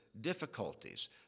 difficulties